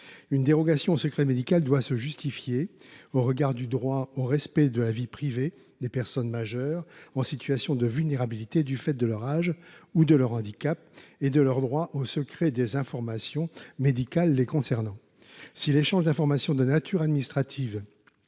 Une dérogation au secret médical doit se justifier au regard du droit au respect de la vie privée des personnes majeures en situation de vulnérabilité du fait de leur âge ou de leur handicap et de leur droit au secret des informations médicales les concernant. Si l’échange d’informations de nature administrative